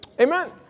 Amen